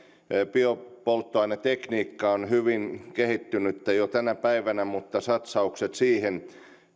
biopolttoainetekniikka on hyvin kehittynyttä jo tänä päivänä mutta satsaukset siihen